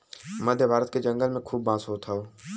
मध्य भारत के जंगल में खूब बांस होत हौ